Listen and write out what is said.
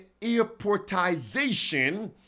airportization